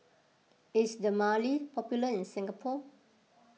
is Dermale popular in Singapore